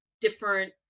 different